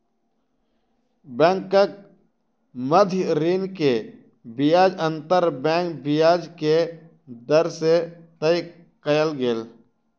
बैंकक मध्य ऋण के ब्याज अंतर बैंक ब्याज के दर से तय कयल गेल